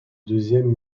deuxième